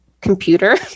computer